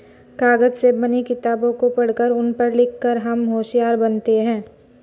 कागज से बनी किताबों को पढ़कर उन पर लिख कर हम होशियार बनते हैं